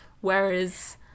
whereas